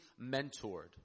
mentored